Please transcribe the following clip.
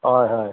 হয় হয়